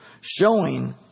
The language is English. showing